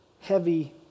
heavy